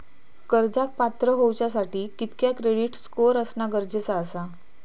कर्जाक पात्र होवच्यासाठी कितक्या क्रेडिट स्कोअर असणा गरजेचा आसा?